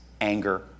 anger